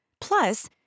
Plus